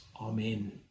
Amen